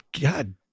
God